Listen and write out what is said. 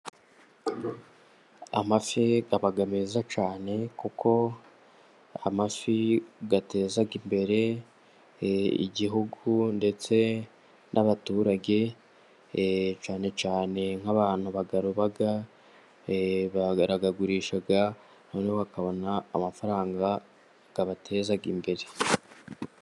Amafi aba meza cyane, kuko amafi ateza imbere Igihugu, ndetse n'abaturage cyane cyane nk'abantu bayaroba barayagurisha noneho bakabona amafaranga abateza imbere.